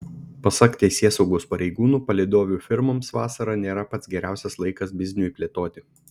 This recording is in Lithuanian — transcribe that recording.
pasak teisėsaugos pareigūnų palydovių firmoms vasara nėra pats geriausias laikas bizniui plėtoti